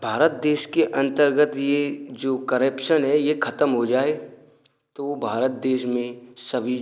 भारत देश के अन्तर्गत ये जो करप्शन है ये ख़त्म हो जाए तो भारत देश में सभी